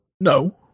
No